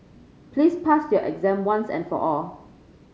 please pass your exam once and for all